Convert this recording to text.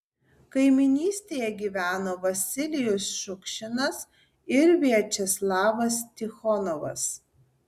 kaimynystėje gyveno vasilijus šukšinas ir viačeslavas tichonovas